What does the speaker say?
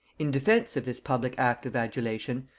in defence of this public act of adulation,